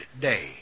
day